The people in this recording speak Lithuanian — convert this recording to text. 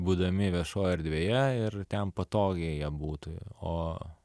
būdami viešoj erdvėje ir ten patogiai jie būtų o